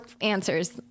answers